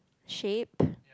shape